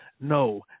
No